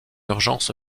urgence